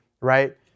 right